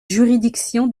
juridiction